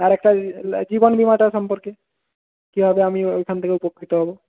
আর একটা জীবনবিমাটা সম্পর্কে কীভাবে আমি ওইখান থেকে উপকৃত হবো